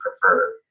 prefer